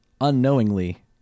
unknowingly